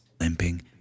limping